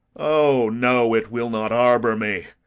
o, no, it will not harbour me!